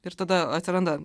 ir tada atsiranda